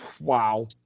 wow